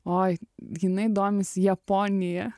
oi jinai domisi japonija